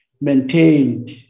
maintained